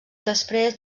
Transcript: després